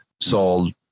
sold